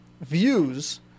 views